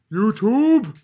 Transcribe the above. YouTube